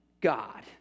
God